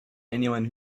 anyone